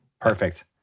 Perfect